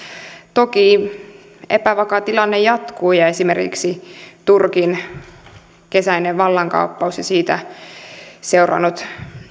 toki epävakaa tilanne jatkuu ja ja esimerkiksi turkin kesäinen vallankaappausyritys ja siitä seurannut